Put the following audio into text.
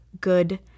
good